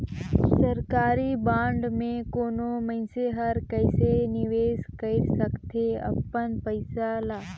सरकारी बांड में कोनो मइनसे हर कइसे निवेश कइर सकथे अपन पइसा ल